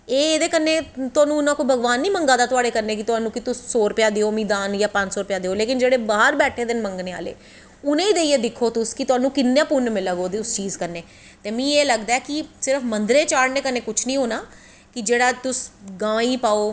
एह्दे कन्नैं तोआनू भगवान नी मंगा दा तुआढ़े कोला दा कि तुस सौ रपेआ मीं दान जां पंज सौ रपेआ देओ लेकिन जेह्ड़े बाह्र बैठे दे न मंगनें आह्ले उनेंगी देईयै दिक्खो तुस कि किन्ना पुन्न मिलग तुसोें गी उस चीज़ कन्नैं ते मीं इयां लगदा ऐ कि सिर्फ मन्दरें चाड़नें कन्नैं कुश नी होनां कि जेह्ड़ा तुस गां गी पाओ